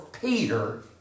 Peter